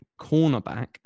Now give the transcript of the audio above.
cornerback